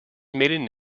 maiden